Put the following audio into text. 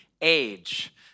age